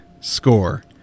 score